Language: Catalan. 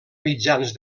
mitjans